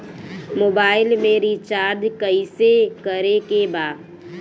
Mobile में recharge कइसे करे के बा?